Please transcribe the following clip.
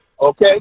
Okay